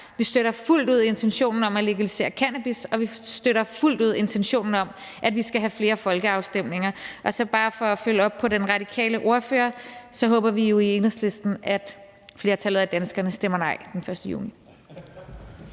Vi støtter fuldt ud intentionen om at legalisere cannabis, og vi støtter fuldt ud intentionen om, at vi skal have flere folkeafstemninger. Og så bare for at følge op på, hvad den radikale ordfører sagde, vil jeg sige, at vi i Enhedslisten jo håber, at flertallet af danskerne stemmer nej den 1. juni.